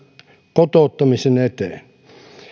kotouttamisen eteen